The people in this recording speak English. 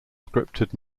scripted